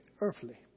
earthly